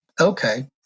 okay